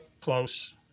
Close